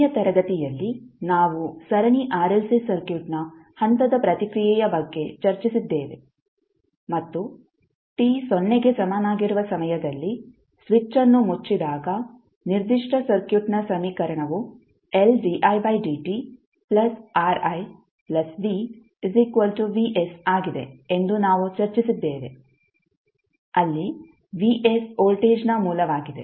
ಕೊನೆಯ ತರಗತಿಯಲ್ಲಿ ನಾವು ಸರಣಿ ಆರ್ಎಲ್ಸಿ ಸರ್ಕ್ಯೂಟ್ನ ಹಂತದ ಪ್ರತಿಕ್ರಿಯೆಯ ಬಗ್ಗೆ ಚರ್ಚಿಸಿದ್ದೇವೆ ಮತ್ತು t ಸೊನ್ನೆಗೆ ಸಮನಾಗಿರುವ ಸಮಯದಲ್ಲಿ ಸ್ವಿಚ್ಅನ್ನು ಮುಚ್ಚಿದಾಗ ನಿರ್ದಿಷ್ಟ ಸರ್ಕ್ಯೂಟ್ನ ಸಮೀಕರಣವು ಆಗಿದೆ ಎಂದು ನಾವು ಚರ್ಚಿಸಿದ್ದೇವೆ ಅಲ್ಲಿ Vs ವೋಲ್ಟೇಜ್ನ ಮೂಲವಾಗಿದೆ